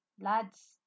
lads